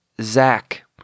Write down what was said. Zach